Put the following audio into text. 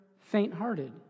faint-hearted